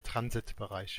transitbereich